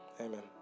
Amen